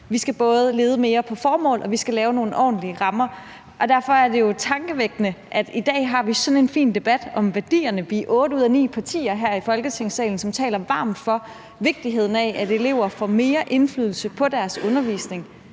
Vi skal både lede mere i forhold til formålet, og vi skal lave nogle ordentlige rammer. Derfor er det jo tankevækkende. I dag har vi sådan en fin debat om værdierne. Vi er otte ud af ni partier her i Folketingssalen, som taler varmt for vigtigheden af, at elever får mere indflydelse på deres undervisning;